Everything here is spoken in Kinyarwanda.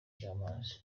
cy’amazi